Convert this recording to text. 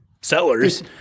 sellers